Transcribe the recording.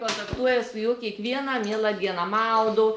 kontaktuoja su juo kiekvieną mielą dieną maudo